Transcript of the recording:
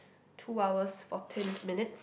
two hours fourteen minutes